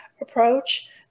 approach